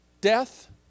death